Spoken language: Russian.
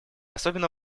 особенно